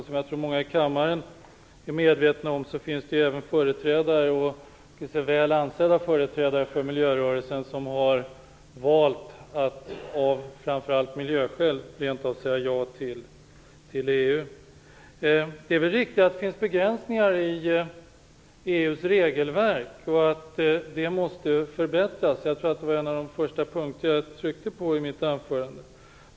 Som många i kammaren är medvetna om finns det även väl ansedda företrädare för miljörörelsen som har valt att framför allt av miljöskäl rent av säga ja till EU. Det är riktigt att det finns begränsningar i EU:s regelverk och att det måste förbättras. Det var nog en av de första punkter jag tryckte på i mitt anförande.